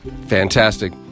Fantastic